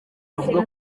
avuga